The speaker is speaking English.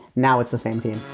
now, it's the same team.